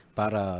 para